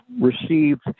received